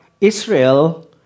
Israel